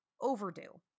overdue